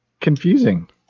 confusing